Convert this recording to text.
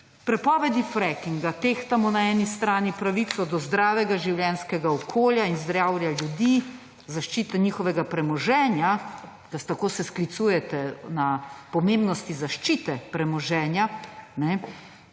prepovedi freakinga tehtamo na eni strani pravico do zdravega življenjskega okolja in zdravja ljudi, zaščite njihovega premoženja tako se sklicujete na pomembnosti zaščite premoženja,